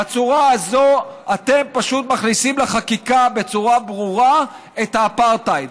בצורה הזאת אתם פשוט מכניסים לחקיקה בצורה ברורה את האפרטהייד.